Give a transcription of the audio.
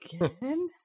Again